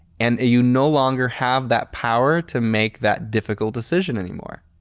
and you no longer have that power to make that difficult decision anymore.